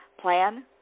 plan